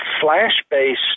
flash-based